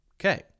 Okay